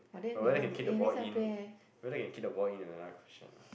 but whether can kick the ball in whether can kick the ball in another question lah